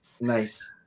Nice